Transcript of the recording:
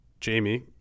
Jamie